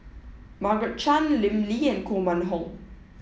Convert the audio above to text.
Margaret Chan Lim Lee and Koh Mun Hong